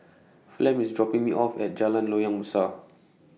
Flem IS dropping Me off At Jalan Loyang Besar